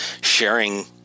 sharing